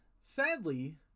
sadly